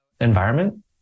environment